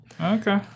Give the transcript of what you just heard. Okay